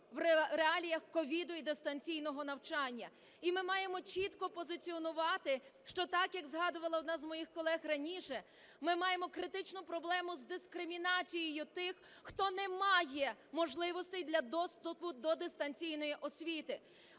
в реаліях COVID і дистанційного навчання. І ми маємо чітко позиціонувати, що так, як згадувала одна із моїх колег раніше, ми маємо критичну проблему з дискримінацією тих, хто не має можливостей доступу до дистанційної освіти.